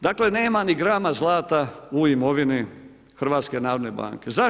Dakle nema ni grama zlata u imovini HNB-a.